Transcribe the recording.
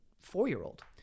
four-year-old